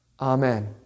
Amen